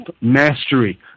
Mastery